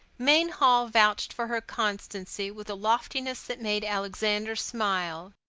mainhall vouched for her constancy with a loftiness that made alexander smile,